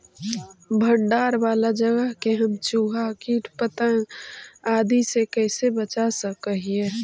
भंडार वाला जगह के हम चुहा, किट पतंग, आदि से कैसे बचा सक हिय?